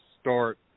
start